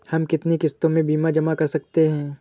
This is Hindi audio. हम कितनी किश्तों में बीमा जमा कर सकते हैं?